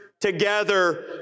together